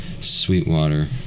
Sweetwater